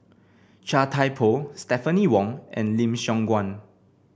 Chia Thye Poh Stephanie Wong and Lim Siong Guan